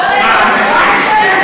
חבר הכנסת גפני,